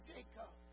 Jacob